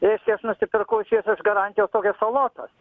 reiškia aš nusipirkau čia iš garantijos tokias salotas